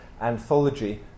anthology